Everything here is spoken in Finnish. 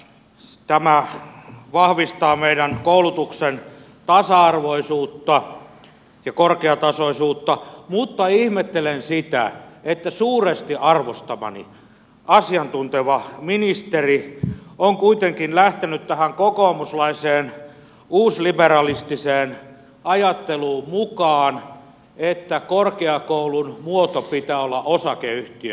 tämä vahvistaa meidän koulutuksen tasa arvoisuutta ja korkeatasoisuutta mutta ihmettelen sitä että suuresti arvostamani asiantunteva ministeri on kuitenkin lähtenyt tähän kokoomuslaiseen uusliberalistiseen ajatteluun mukaan että korkeakoulun muodon pitää olla osakeyhtiö